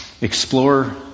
explore